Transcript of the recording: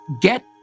get